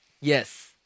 Yes